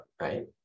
right